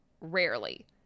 rarely